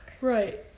right